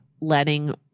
letting